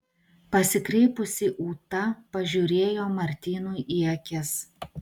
pasikreipusi ūta pažiūrėjo martynui į akis